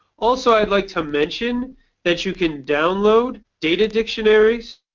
also, i'd like to mention that you can download data dictionaries,